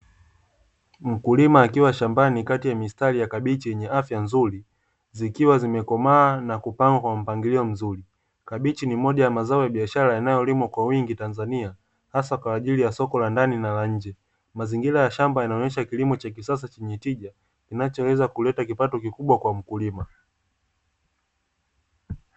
Mkulima akiwa shambani kati ya mistari ya kabichi yenye afya nzuri zikiwa zimekomaa na kupangwa kwa mpangilio mzurii. Kabichi ni moja ya mazao ya biashara yanayolimwa kwa wingi Tanzania hasa kwa ajili ya soko la ndani nala nje. Mazingira ya shamba yanaonesha kilimo cha kisasa chenye tija kinachoweza kuleta kipato kikubwa kwa mkulima